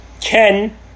Ken